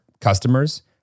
customers